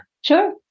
Sure